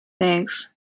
Thanks